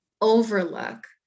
overlook